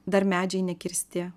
dar medžiai nekirsti